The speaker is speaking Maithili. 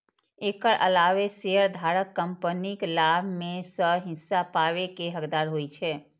एकर अलावे शेयरधारक कंपनीक लाभ मे सं हिस्सा पाबै के हकदार होइ छै